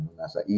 nasa